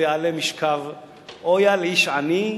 או יעלה משכב / אויה לאיש עני,